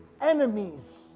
enemies